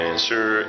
Answer